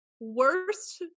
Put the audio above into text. worst